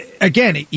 again